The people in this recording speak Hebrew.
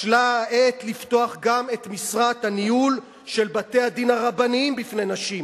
בשלה העת לפתוח גם את משרת הניהול של בתי-הדין הרבניים בפני נשים.